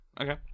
Okay